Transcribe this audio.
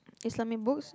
Islamic books